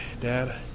dad